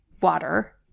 water